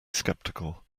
sceptical